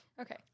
Okay